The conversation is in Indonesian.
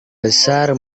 besar